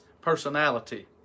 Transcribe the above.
personality